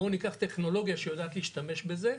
בואו ניקח טכנולוגיה שיודעת להשתמש בזה.